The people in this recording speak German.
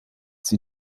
sie